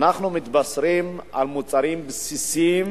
אנחנו מתבשרים על מוצרים בסיסיים